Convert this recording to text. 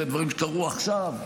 זה דברים שקרו עכשיו.